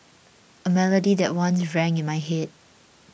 a melody that once rang in my head